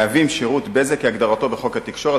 מהווים שירות בזק כהגדרתו בחוק התקשורת,